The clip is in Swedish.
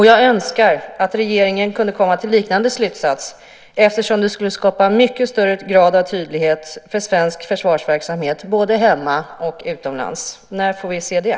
Jag önskar att regeringen kunde komma till en liknande slutsats eftersom det skulle skapa en mycket högre grad av tydlighet för svensk försvarsverksamhet både hemma och utomlands. När får vi se det?